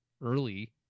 early